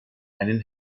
einen